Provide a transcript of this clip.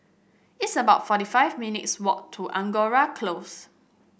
it's about forty five minutes' walk to Angora Close